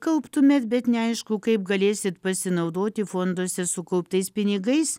kauptumėt bet neaišku kaip galėsit pasinaudoti fonduose sukauptais pinigais